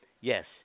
Yes